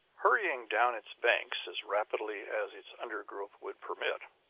hurrying down its banks as rapidly as its undergrowth would permit,